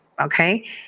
okay